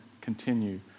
continue